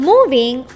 Moving